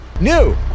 new